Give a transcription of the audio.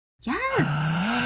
Yes